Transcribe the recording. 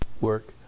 work